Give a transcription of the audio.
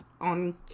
on